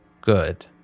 Good